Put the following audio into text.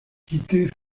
quitter